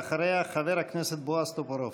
אחריה, חבר הכנסת בועז טופורובסקי.